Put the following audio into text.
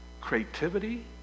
creativity